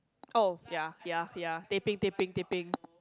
oh ya ya ya teh peng teh peng teh peng